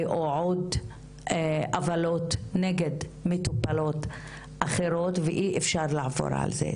או עוד עוולות נגד מטופלות אחרות ואי אפשר לעבור על זה.